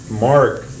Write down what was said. mark